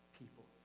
people